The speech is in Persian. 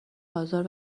آزار